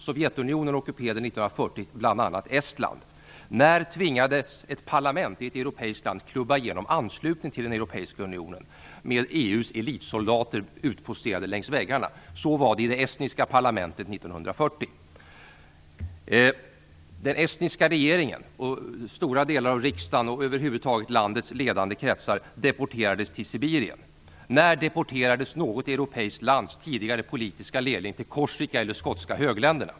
Sovjetunionen ockuperade 1940 När tvingades ett parlament i ett europeiskt land klubba igenom anslutning till den europeiska unionen med EU:s elitsoldater utposterade längs väggarna? Så var det i det estniska parlamentet 1940. Den estniska regeringen, stora delar av parlamentet och över huvud taget landets ledande kretsar deporterades till Sibirien. När deporterades något europeiskt lands politiska ledning till Korsika eller till skotska högländerna?